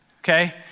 Okay